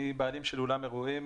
אני בעלים של אולם אירועים